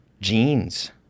genes